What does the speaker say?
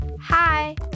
Hi